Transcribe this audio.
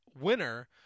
winner